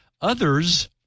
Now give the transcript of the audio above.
others